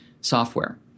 software